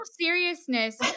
seriousness